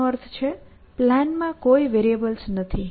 તેનો અર્થ એ કે પ્લાનમાં કોઈ વેરિએબલ્સ નથી